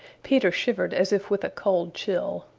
peter shivered as if with a cold chill.